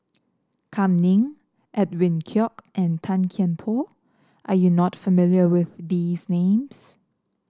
Kam Ning Edwin Koek and Tan Kian Por are you not familiar with these names